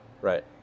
Right